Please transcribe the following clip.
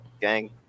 gang